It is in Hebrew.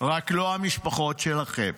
רק לא המשפחות שלכם.